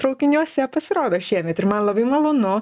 traukiniuose pasirodo šiemet ir man labai malonu